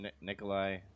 nikolai